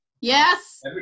Yes